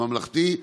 הממלכתי,